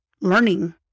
learning